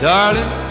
Darling